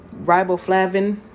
riboflavin